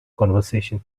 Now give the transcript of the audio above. conversation